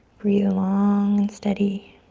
breathe long and steady.